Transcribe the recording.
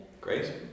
Great